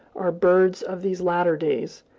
are birds of these later days,